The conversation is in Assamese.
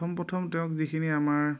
প্ৰথম প্ৰথম তেওঁক যিখিনি আমাৰ